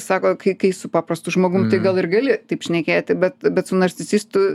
sako kai kai su paprastu žmogum tai gal ir gali taip šnekėti bet bet su narcisistu